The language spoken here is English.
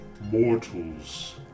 Mortals